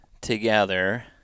together